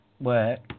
work